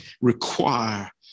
require